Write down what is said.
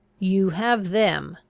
you have them.